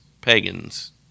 pagans